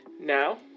Now